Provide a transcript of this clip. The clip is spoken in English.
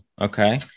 Okay